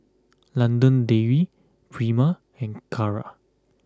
London Dairy Prima and Kara